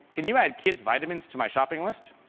can you add kids vitamins to my shopping list?